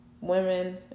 women